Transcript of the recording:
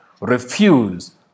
Refuse